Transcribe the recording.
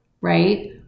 right